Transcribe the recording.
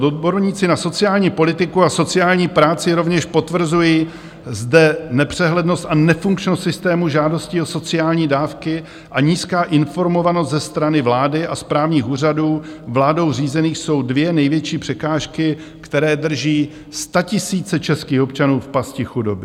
Odborníci na sociální politiku a sociální práci rovněž potvrzuji zde nepřehlednost a nefunkčnost systému žádostí o sociální dávky a nízká informovanost ze strany vlády a správních úřadů vládou řízených jsou dvě největší překážky, které drží statisíce českých občanů v pasti chudoby.